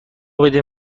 بدین